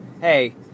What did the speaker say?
hey